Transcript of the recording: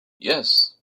yes